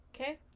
okay